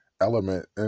element